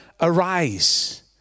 arise